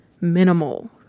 minimal